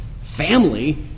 family